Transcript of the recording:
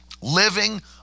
Living